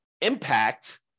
impact